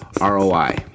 ROI